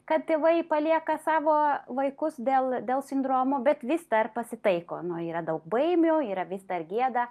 kad tėvai palieka savo vaikus dėl dėl sindromo bet vis dar pasitaiko nu yra daug baimių yra vis dar gėda